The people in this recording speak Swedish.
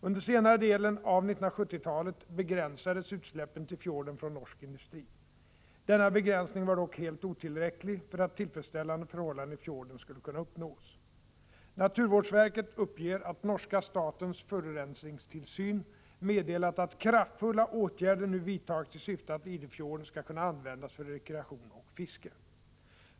Under senare delen av 1970-talet begränsades utsläppen till fjorden från norsk industri. Denna begränsning var dock helt otillräcklig för att tillfredsställande förhållanden i fjorden skulle kunna uppnås. Naturvårdsverket uppger att norska statens forurensningstilsyn meddelat att kraftfulla åtgärder nu vidtagits i syfte att Idefjorden skall kunna användas för rekreation och fiske.